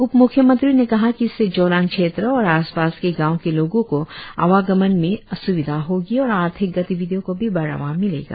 उप म्ख्यमंत्री ने कहा कि इससे जोलांग क्षेत्र और आस पास के गांवो के लोगों को आवागमन में सुविधा होगी और आर्थिक गतिविधियों को भी बढ़ावा मिलेगा